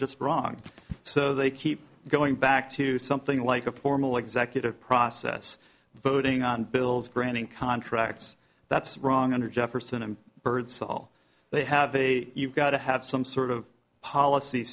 just wrong so they keep going back to something like a formal executive process voting on bills granting contracts that's wrong under jefferson and birdsall they have a you've got to have some sort of policy